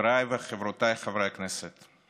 חבריי וחברותיי חברי הכנסת,